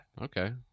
Okay